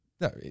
No